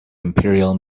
imperial